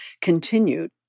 continued